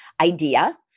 idea